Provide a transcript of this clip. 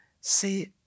see